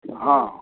हॅं